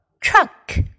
truck